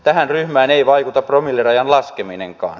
tähän ryhmään ei vaikuta promillerajan laskeminenkaan